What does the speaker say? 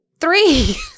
three